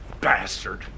bastard